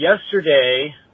Yesterday